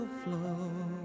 flow